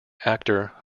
actor